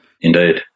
Indeed